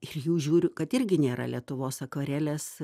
iš jų žiūriu kad irgi nėra lietuvos akvarelės